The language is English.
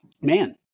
Man